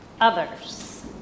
others